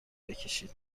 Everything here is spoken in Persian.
بکشید